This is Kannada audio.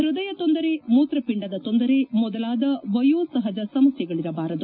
ಹ್ವದಯ ತೊಂದರೆ ಮೂತ್ರಪಿಂಡದ ತೊಂದರೆ ಮೊದಲಾದ ವಯೋಸಹಜ ಸಮಸ್ಥೆಗಳಿರಬಾರದು